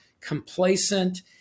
complacent